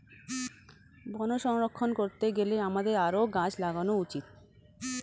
বন সংরক্ষণ করতে গেলে আমাদের আরও গাছ লাগানো উচিত